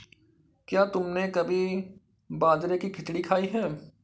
क्या तुमने कभी बाजरे की खिचड़ी खाई है?